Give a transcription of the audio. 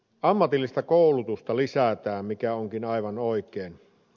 ammatillista koulutusta lisätään mikä onkin aivan oikein